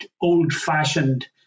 old-fashioned